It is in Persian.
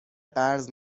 قرض